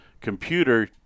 Computer